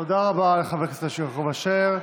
תודה רבה לחבר הכנסת יעקב אשר.